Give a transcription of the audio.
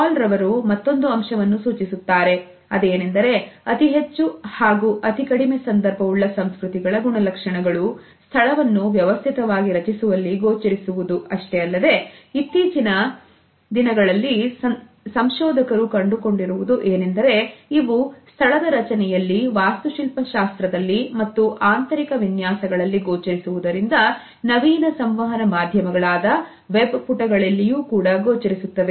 ಹಾಲ್ ರವರು ಮತ್ತೊಂದು ಅಂಶವನ್ನು ಸೂಚಿಸುತ್ತಾರೆ ಅದೆಂದರೆ ಅತಿ ಹೆಚ್ಚು ಹಾಗೂ ಅತಿ ಕಡಿಮೆ ಸಂದರ್ಭ ಉಳ್ಳ ಸಂಸ್ಕೃತಿಗಳ ಗುಣಲಕ್ಷಣಗಳು ಸ್ಥಳವನ್ನು ವ್ಯವಸ್ಥಿತವಾಗಿ ರಚಿಸುವಲ್ಲಿ ಗೋಚರಿಸುವುದು ಅಷ್ಟೇ ಅಲ್ಲದೆ ಇತ್ತೀಚಿನ ದಿನಗಳಲ್ಲಿ ಸಂಶೋಧಕರು ಕಂಡುಕೊಂಡಿರುವುದು ಏನೆಂದರೆ ಇವು ಸ್ಥಳದ ರಚನೆಯಲ್ಲಿ ವಾಸ್ತು ಶಿಲ್ಪಶಾಸ್ತ್ರದಲ್ಲಿ ಮತ್ತು ಆಂತರಿಕ ವಿನ್ಯಾಸ ಗಳಲ್ಲಿ ಗೋಚರಿಸುವುದರಿಂದ ನವೀನ ಸಂವಹನ ಮಾಧ್ಯಮಗಳಾದ ವೆಬ್ ಪುಟಗಳಲ್ಲಿಯೂ ಕೂಡ ಗೋಚರಿಸುತ್ತವೆ